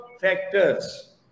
factors